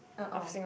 uh oh